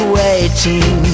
waiting